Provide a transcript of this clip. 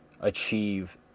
achieve